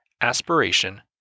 aspiration